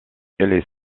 est